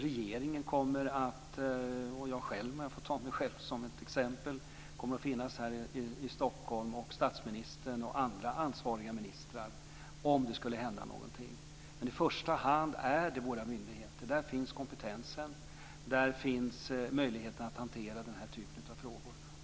Regeringen och jag själv, om jag får ta mig själv som ett exempel, kommer att finnas här i Stockholm - det gäller statsministern och andra ansvariga ministrar - om det skulle hända någonting. Men i första hand handlar det om våra myndigheter. Där finns kompetensen. Där finns möjlighet att hantera den här typen av frågor.